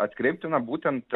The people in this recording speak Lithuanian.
atkreiptina būtent